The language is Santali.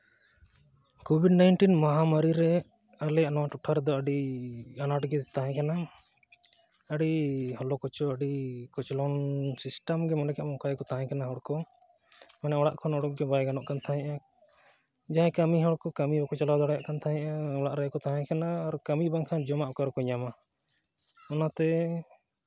ᱠᱳᱵᱷᱤᱰ ᱱᱟᱭᱤᱱᱴᱤᱱ ᱢᱚᱦᱟᱢᱟᱹᱨᱤ ᱨᱮ ᱟᱞᱮᱭᱟᱜ ᱱᱚᱣᱟ ᱴᱚᱴᱷᱟ ᱨᱮᱫᱚ ᱟᱹᱰᱤ ᱟᱱᱟᱴ ᱜᱮ ᱛᱟᱦᱮᱸ ᱠᱟᱱᱟ ᱟᱹᱰᱤ ᱦᱚᱞᱚᱠᱚᱪᱚ ᱟᱹᱰᱤ ᱠᱚᱪᱞᱚᱱ ᱥᱤᱥᱴᱮᱢ ᱜᱮ ᱢᱚᱱᱮ ᱠᱟᱜ ᱢᱮ ᱚᱱᱠᱟ ᱜᱮᱠᱚ ᱛᱟᱦᱮᱸ ᱠᱟᱱᱟ ᱦᱚᱲ ᱠᱚ ᱢᱟᱱᱮ ᱚᱲᱟᱜ ᱠᱷᱚᱱ ᱚᱰᱳᱜ ᱜᱮ ᱵᱟᱭ ᱜᱟᱱᱚᱜ ᱠᱟᱱ ᱛᱟᱦᱮᱱᱟ ᱡᱟᱦᱟᱸᱭ ᱠᱟᱹᱢᱤ ᱦᱚᱲ ᱠᱚ ᱠᱟᱹᱢᱤ ᱵᱟᱠᱚ ᱪᱟᱞᱟᱣ ᱫᱟᱲᱮᱭᱟᱜ ᱠᱟᱱ ᱛᱟᱦᱮᱱᱟ ᱟᱨ ᱚᱲᱟᱜ ᱨᱮᱜᱮ ᱠᱚ ᱛᱟᱦᱮᱸ ᱠᱟᱱᱟ ᱟᱨ ᱠᱟᱹᱢᱤ ᱵᱟᱝᱠᱷᱟᱱ ᱡᱚᱢᱟᱜ ᱚᱠᱟ ᱨᱮᱠᱚ ᱧᱟᱢᱟ ᱚᱱᱟᱛᱮ